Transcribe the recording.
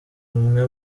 umwe